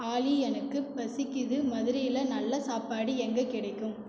ஆலி எனக்கு பசிக்கிறது மதுரையில் நல்ல சாப்பாடு எங்கே கிடைக்கும்